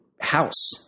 house